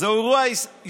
זהו אירוע היסטורי.